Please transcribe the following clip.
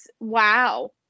Wow